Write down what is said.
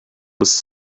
was